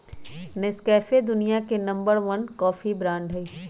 Nescafe दुनिया के number one coffee brand हई